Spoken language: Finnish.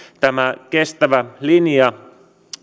tämä kestävä linja